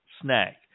snack